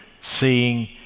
seeing